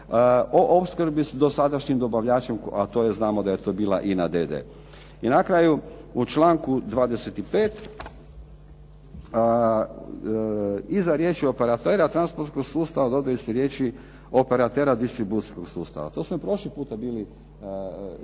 o opskrbi s dosadašnjim dobavljačem, a to je znamo da je to bila INA d.d. I na kraju, u članku 25. iza riječi operatera transportnog sustava dobili ste riječi operatera distribucijskog sustava. To smo i prošli puta bili